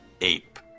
ape